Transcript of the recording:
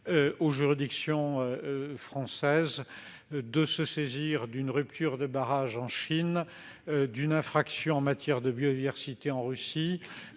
les juridictions françaises, de se saisir d'une rupture de barrage en Chine ou d'une infraction en matière de biodiversité commise